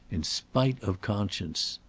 in spite of conscience.